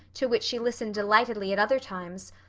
to which she listened delightedly at other times,